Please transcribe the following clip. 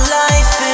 life